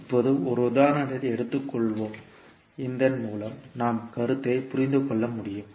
இப்போது ஒரு உதாரணத்தை எடுத்துக்கொள்வோம் இதன் மூலம் நாம் கருத்தை புரிந்து கொள்ள முடியும்